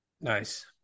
Nice